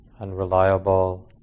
unreliable